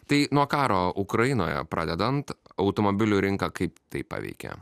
tai nuo karo ukrainoje pradedant automobilių rinką kaip tai paveikė